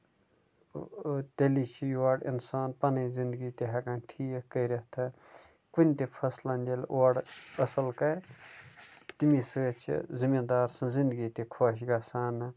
آ تیٚلہِ چھُ یورٕ اِنسان پَنٕنۍ زِنٛدگی تہِ ہیٚکان ٹھیٖک کٔرِتھ ہن کُنہِ تہِ فَصٕلَن ییٚلہِ اورٕ اَصٕل کرِ تٔمی سۭتۍ چھُ زٔمیٖن دار سٕنٛز زِنٛدگی تہِ خۄش گژھان حظ